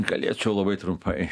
galėčiau labai trumpai